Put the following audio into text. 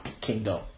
kingdom